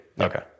Okay